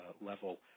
level